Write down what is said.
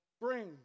bring